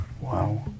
Wow